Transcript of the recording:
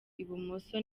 ibumoso